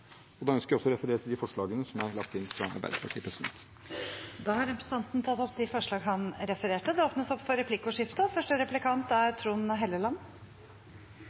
bedre. Da ønsker jeg også å referere til de forslagene som er lagt inn fra Arbeiderpartiet. Representanten Jonas Gahr Støre har tatt opp de forslagene han refererte til. Det blir replikkordskifte. Vi har nettopp lagt bak oss et kommunevalg som vel ikke var noen supersuksess for